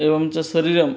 एवं च शरीरं